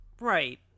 Right